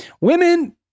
women